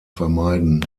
vermeiden